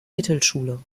mittelschule